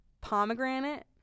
pomegranate